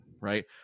right